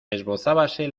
esbozábase